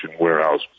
warehouse